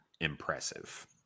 impressive